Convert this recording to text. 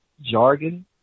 jargon